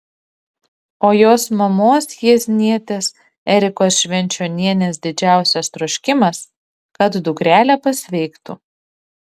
o jos mamos jieznietės erikos švenčionienės didžiausias troškimas kad dukrelė pasveiktų